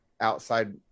outside